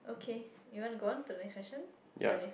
okay you want to go on to the next question or do you